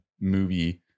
movie